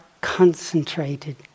concentrated